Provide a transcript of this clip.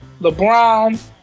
LeBron